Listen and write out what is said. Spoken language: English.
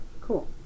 Cool